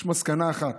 יש מסקנה אחת: